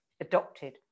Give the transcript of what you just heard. adopted